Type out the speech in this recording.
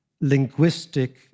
linguistic